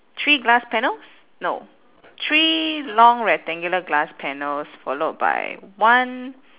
three glass panels no three long rectangular glass panels followed by one